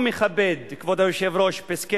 כבוד היושב-ראש, מכובדי